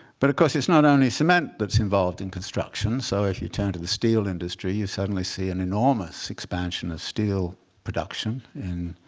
but of course, it's not only cement that's involved in construction. so if you turn to the steel industry, you suddenly see an enormous expansion of steel production in